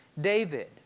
David